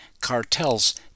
cartels